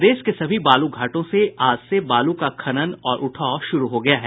प्रदेश के सभी बालू घाटों से आज से बालू का खनन और उठाव शुरू हो गया है